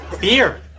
beer